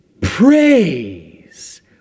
praise